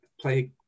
play